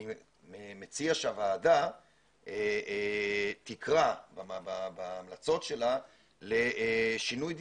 אני מציע שהוועדה תקרא בהמלצות לשנה לשינוי דיסקט,